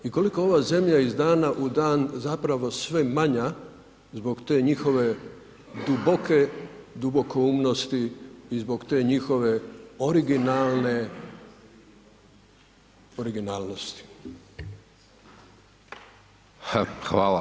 I koliko ova zemlja iz dana u dan zapravo sve manja zbog te njihove duboke dubokoumnosti i zbog te njihove originalne originalnosti.